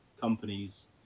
companies